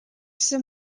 very